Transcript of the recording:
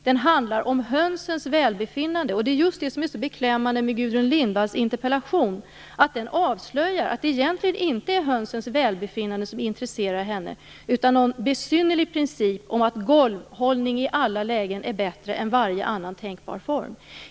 Den handlar om hönsens välbefinnande, och det är just det som är så beklämmande med Gudrun Lindvalls interpellation: Den avslöjar att det egentligen inte är hönsens välbefinnande som intresserar henne utan någon besynnerlig princip som går ut på att golvhållning i alla lägen är bättre än varje annan tänkbar form.